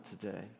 today